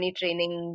training